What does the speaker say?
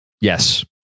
Yes